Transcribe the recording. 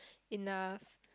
enough